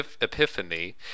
epiphany